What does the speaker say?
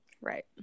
right